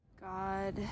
God